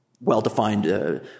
well-defined